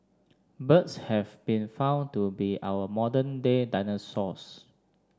birds have been found to be our modern day dinosaurs